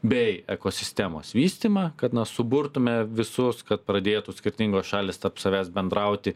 bei ekosistemos vystymą kad na suburtume visus kad pradėtų skirtingos šalys tarp savęs bendrauti